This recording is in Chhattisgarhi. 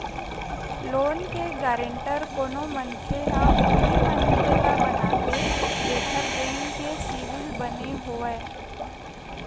लोन के गांरटर कोनो मनखे ह उही मनखे ल बनाथे जेखर बेंक के सिविल बने होवय